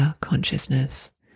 consciousness